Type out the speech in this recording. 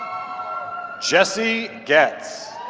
jesse getz